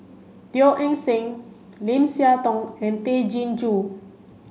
Teo Eng Seng Lim Siah Tong and Tay Chin Joo